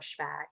pushback